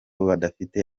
badafite